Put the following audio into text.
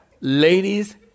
ladies